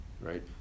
right